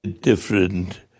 different